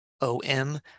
O-M